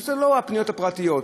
זה לא הפניות הפרטיות,